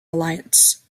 alliance